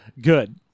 good